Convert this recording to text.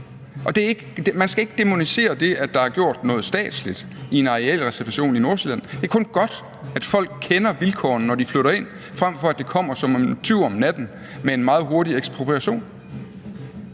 og man skal ikke dæmonisere det, at der er gjort noget statsligt i forhold til en arealreservation i Nordsjælland. Det er kun godt, at folk kender vilkårene, når de flytter ind, frem for at det kommer som en tyv om natten med en meget hurtig ekspropriation.